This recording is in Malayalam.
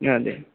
ആതെ